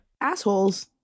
Assholes